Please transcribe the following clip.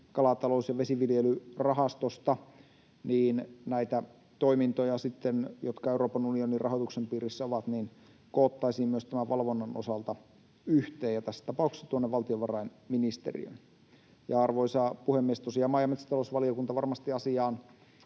kalatalous- ja vesiviljelyrahastosta, niin näitä toimintoja, jotka Euroopan unionin rahoituksen piirissä ovat, koottaisiin myös valvonnan osalta yhteen ja tässä tapauksessa valtiovarainministeriöön. — Ja, arvoisa puhemies, tosiaan maa- ja metsätalousvaliokunta varmasti asiaan